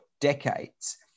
decades